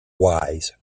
wise